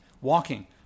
walking